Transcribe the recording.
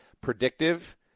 predictive